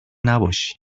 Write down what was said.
نباشی